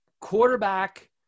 quarterback